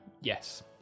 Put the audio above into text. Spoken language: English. Yes